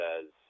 says